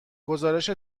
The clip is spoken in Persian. گزارش